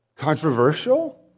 Controversial